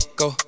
go